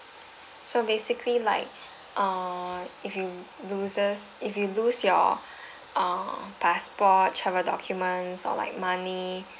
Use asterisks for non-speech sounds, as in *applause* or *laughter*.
so basically like uh if you losses if you lose your *breath* uh passport travel documents or like money